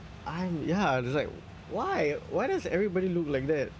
I'm ya just why like why why does everybody look like that